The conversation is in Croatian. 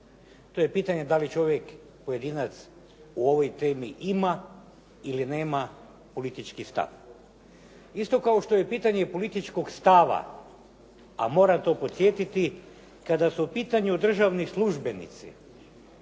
To je pitanje da li čovjek, pojedinac, u ovoj temi ima ili nema politički stav. Isto kao što je pitanje političkog stava, a mora to podsjetiti kada su u pitanju državni službenici,